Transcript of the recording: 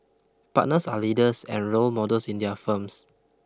partners are leaders and role models in their firms